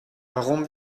warum